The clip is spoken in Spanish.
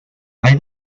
hay